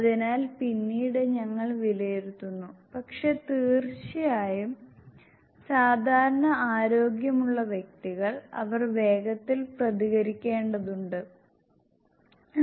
അതിനാൽ പിന്നീട് ഞങ്ങൾ വിലയിരുത്തുന്നു പക്ഷേ തീർച്ചയായും സാധാരണ ആരോഗ്യമുള്ള വ്യക്തികൾ അവർ വേഗത്തിൽ പ്രതികരിക്കേണ്ടതുണ്ട്